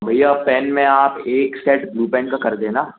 भैया पेन में आप एक सेट ब्लू पेन का कर देना